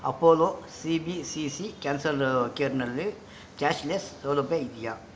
Apollo C B C C cancer ಕೇರ್ನಲ್ಲಿ cashless ಸೌಲಭ್ಯ ಇದೆಯಾ